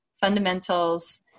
fundamentals